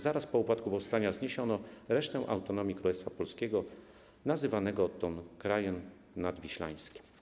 Zaraz po upadku powstania zniesiono resztę autonomii Królestwa Polskiego, nazywanego odtąd Krajem Nadwiślańskim.